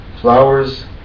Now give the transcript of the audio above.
Flowers